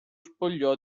spogliò